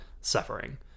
suffering